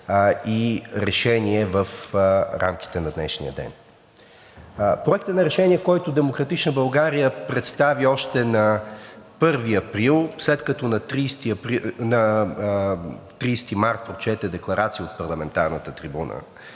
и решение в рамките на днешния ден. Проектът на решение, който „Демократична България“ представи още на 1 април, след като на 30 март прочете декларация от парламентарната трибуна,